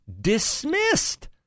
dismissed